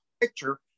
picture